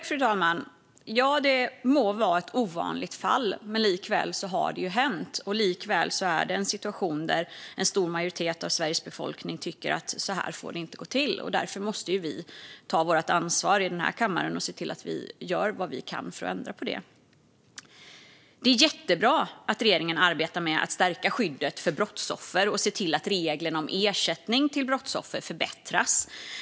Fru talman! Det må vara ett ovanligt fall, men likväl har det hänt. Det är också en situation där en stor majoritet av Sveriges befolkning tycker att det inte får gå till så här, och därför måste vi ta vårt ansvar i kammaren och se till att vi gör vad vi kan för att ändra på det. Det är jättebra att regeringen arbetar med att stärka skyddet för brottsoffer och ser till att reglerna om ersättning till brottsoffer förbättras.